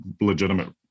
legitimate